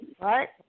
Right